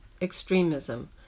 extremism